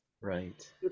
Right